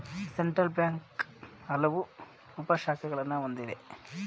central Bank ಹಲವು ಉಪ ಶಾಖೆಗಳನ್ನು ಹೊಂದಿದೆ